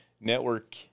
network